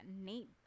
Nate